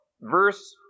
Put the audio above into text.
verse